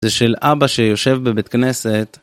זה של אבא שיושב בבית כנסת.